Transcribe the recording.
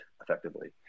effectively